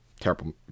terrible